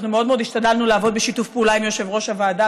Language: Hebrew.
אנחנו מאוד מאוד השתדלנו לעבוד בשיתוף פעולה עם יושב-ראש הוועדה,